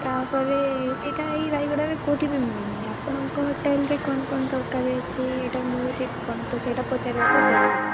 ତା'ପରେ ସେଟା ଏଇ ରାୟଗଡ଼ାରେ କେଉଁଠି ବି ମିଳିନି ଆପଣଙ୍କ ହୋଟେଲରେ କ'ଣ କ'ଣ ତରକାରୀ ଅଛି ସେଟା ମିଳୁଛି କ'ଣ ତ ସେଟା ପଚାରିବାକୁ କଲ କରିଥିଲି